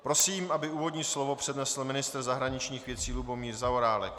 Prosím, aby úvodní slovo přednesl ministr zahraničních věcí Lubomír Zaorálek.